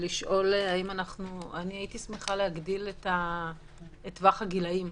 אני הייתי שמחה להגדיל את טווח הגילאים,